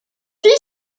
fils